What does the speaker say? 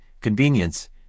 convenience